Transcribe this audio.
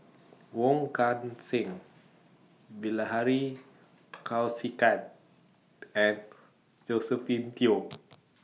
Wong Kan Seng Bilahari Kausikan and Josephine Teo